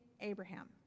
abraham